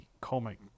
comic